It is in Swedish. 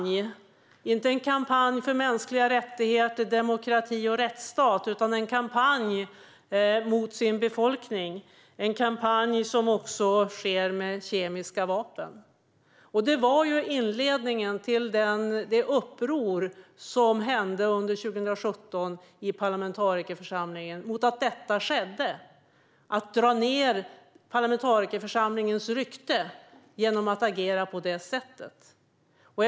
Det är inte en kampanj för mänskliga rättigheter, demokrati och rättsstat utan en kampanj mot den egna befolkningen - en kampanj som också sker med kemiska vapen. Det var inledningen till upproret 2017 i parlamentarikerförsamlingen. Man motsatte sig att detta skedde och att parlamentarikerförsamlingens rykte drogs ned genom detta agerande.